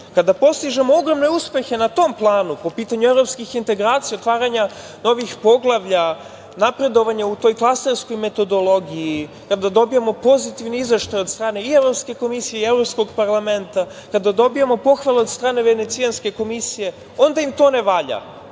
kada postižemo ogromne uspehe na tom planu po pitanju evropskih integracija, otvaranja novih poglavlja, napredovanje u toj klaserskoj metodologiji kada dobijemo pozitivni izveštaj od strane i Evropske komisije i Evropskog parlamenta, kada dobijemo pohvale od strane Venecijanske komisije onda im to ne valja,